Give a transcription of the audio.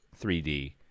3D